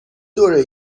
دوره